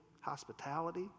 hospitality